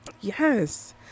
yes